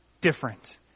different